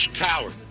coward